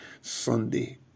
Sunday